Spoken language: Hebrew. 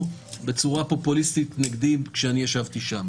בצורה פופוליסטית נגדי כשאני ישבתי שם.